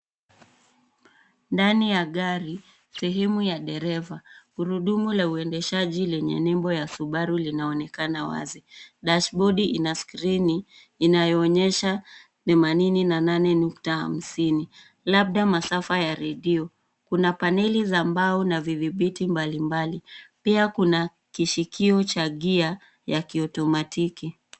Ndani ya gari, sehemu ya dereva. Gurudumu la uendeshaji lenye nembo ya Subaru linaonekana wazi. Dashibodi ina skrini inayoonyesha themanini na nane nukta hamsini, labda masafa ya redio. Kuna paneli za mbao na vidhibiti mbalimbali. Pia kuna kishikio cha gia ya kiotomatiki .